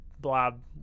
Blob